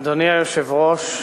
אדוני היושב-ראש,